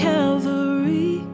Calvary